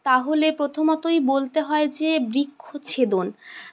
তাহলে প্রথমতই বলতে হয় যে বৃক্ষচ্ছেদন